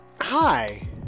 Hi